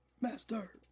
Master